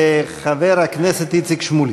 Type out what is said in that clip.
חבר הכנסת איציק שמולי.